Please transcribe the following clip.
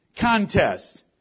Contests